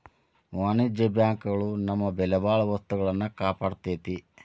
ವಾಣಿಜ್ಯ ಬ್ಯಾಂಕ್ ಗಳು ನಮ್ಮ ಬೆಲೆಬಾಳೊ ವಸ್ತುಗಳ್ನ ಕಾಪಾಡ್ತೆತಿ